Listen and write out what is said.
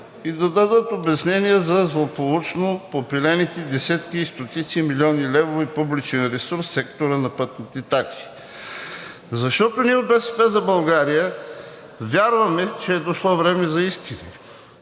и да дадат обяснение за злополучно попилените десетки и стотици милиони левове публичен ресурс в сектора на пътните такси. Защото ние от „БСП за България“ вярваме, че е дошло време за истини